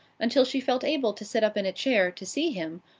until she felt able to sit up in a chair, to see him,